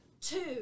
two